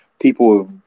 people